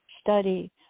study